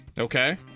Okay